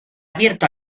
abierto